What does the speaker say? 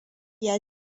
ya